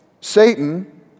Satan